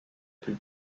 plus